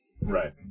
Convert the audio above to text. Right